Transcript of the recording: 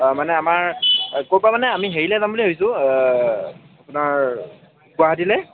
অঁ মানে আমাৰ ক'ৰপৰা মানে আমি হেৰিলৈ যাম বুলি ভাবিছোঁ আপোনাৰ গুৱাহাটীলৈ